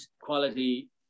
quality